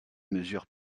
mesure